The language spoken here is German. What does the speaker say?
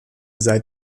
seit